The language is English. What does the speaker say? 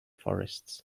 forests